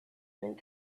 meant